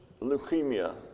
leukemia